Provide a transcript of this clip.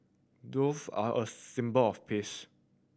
doves are a symbol of peace